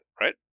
right